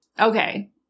Okay